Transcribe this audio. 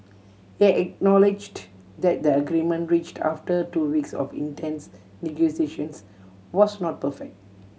he acknowledged that the agreement reached after two weeks of intense negotiations was not perfect